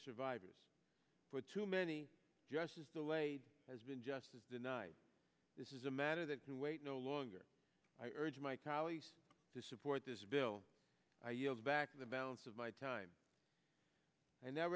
survivors but too many justice delayed has been justice denied this is a matter that can wait no longer i urge my colleagues to support this bill i yield back the balance of my time and that